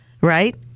right